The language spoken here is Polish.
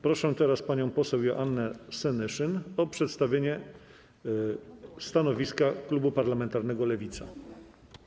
Proszę teraz panią poseł Joannę Senyszyn o przedstawienie stanowiska klubu parlamentarnego Lewica.